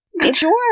Sure